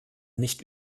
nicht